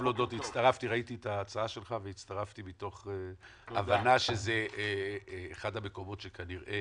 ראיתי את ההצעה שלך והצטרפתי מתוך הבנה שזה אחד המקומות שכנראה